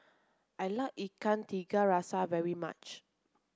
I like Ikan Tiga Rasa very much